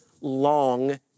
long